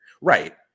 right